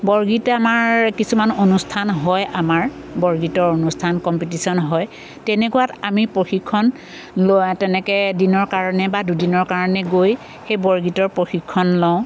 বৰগীত আমাৰ কিছুমান অনুষ্ঠান হয় আমাৰ বৰগীতৰ অনুষ্ঠান কমপিটিশ্যন হয় তেনেকুৱাত আমি প্ৰশিক্ষণ লওঁ তেনেকৈ এদিনৰ কাৰণে বা দুদিনৰ কাৰণে গৈ সেই বৰগীতৰ প্ৰশিক্ষণ লওঁ